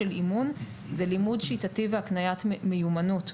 היא לימוד שיטתי והקניית מיומנות.